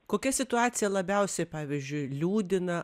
kokia situacija labiausiai pavyzdžiui liūdina